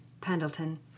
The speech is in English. Pendleton